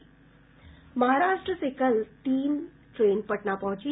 महाराष्ट्र से कल तीन ट्रेन पटना पहुंची